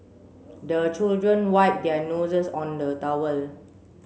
the children wipe their noses on the towel